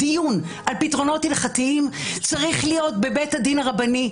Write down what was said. דיון על פתרונות הלכתיים צריך להיות בבית הדין הרבני,